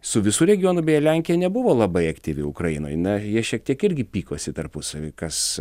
su visu regionu beje lenkija nebuvo labai aktyvi ukrainoj na jie šiek tiek irgi pykosi tarpusavy kas